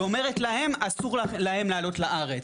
שאומרת להם אסור להם לעלות לארץ,